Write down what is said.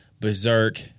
Berserk